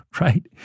Right